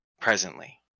presently